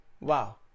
Wow